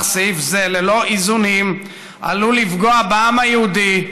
סעיף זה ללא איזונים עלול לפגוע בעם היהודי,